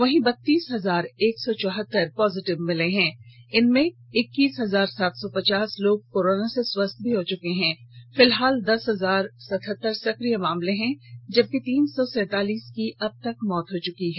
वहीं बत्तीस हजार एक सौ चौहतर पॉजिटिव मामले मिले हैं इनमें इक्कीस हजार सात सौ पचास लोग कोरोना से स्वस्थ हो चुके हैं फिलहाल दस हजार सतहतर सक्रिय मामले हैं जबकि तीन सौ सैंतालीस की अबतक मौत हो चुकी है